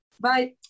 Bye